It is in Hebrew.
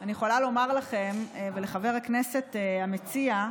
אני יכולה לומר לכם ולחבר הכנסת המציע,